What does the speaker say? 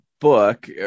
book